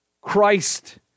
Christ